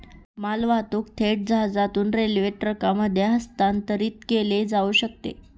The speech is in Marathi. मालवाहतूक थेट जहाजातून रेल्वे ट्रकमध्ये हस्तांतरित केली जाऊ शकते